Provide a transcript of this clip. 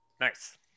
Nice